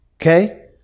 Okay